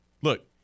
look